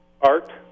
Art